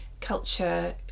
culture